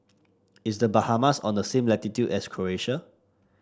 is The Bahamas on the same latitude as Croation